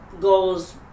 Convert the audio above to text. goals